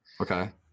Okay